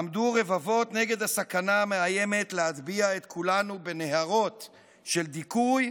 עמדו רבבות נגד הסכנה המאיימת להטביע את כולנו בנהרות של דיכוי,